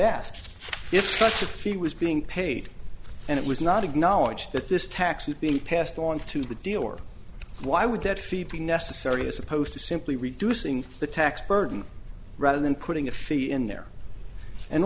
fee was being paid and it was not acknowledged that this tax would be passed on to the deal or why would that fee be necessary as opposed to simply reducing the tax burden rather than putting a fee in there and